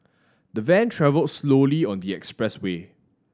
the Van travelled slowly on the expressway